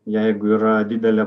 jeigu yra didelė